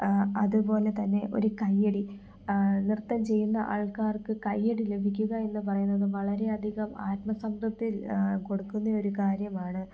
അതുപോലെ തന്നെ ഒരു കയ്യടി നൃത്തം ചെയ്യുന്ന ആൾക്കാർക്ക് കയ്യടി ലഭിക്കുക എന്ന് പറയുന്നത് വളരെ അധികം ആത്മസംതൃപ്തി കൊടുക്കുന്ന ഒരു കാര്യമാണ്